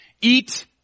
Eat